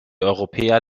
europäer